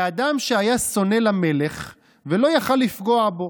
לאדם שהיה שונא למלך ולא יכול לפגוע בו.